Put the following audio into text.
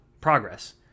progress